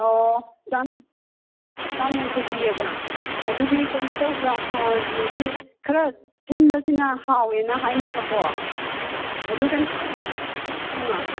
ꯑꯣ ꯆꯥꯝꯃ ꯌꯥꯡꯈꯩ ꯄꯤꯌꯦꯕ ꯑꯗꯨꯗꯤ ꯀꯩꯅꯣ ꯇꯧꯕ꯭ꯔꯣ ꯁꯤ ꯈꯔ ꯊꯤꯟꯕꯁꯤꯅ ꯍꯥꯎꯋꯦꯅ ꯍꯥꯏꯅꯕꯀꯣ ꯑꯗꯣ ꯀꯩꯅꯣ ꯇꯧꯕ꯭ꯔꯣ ꯑꯥ